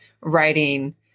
writing